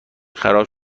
خراب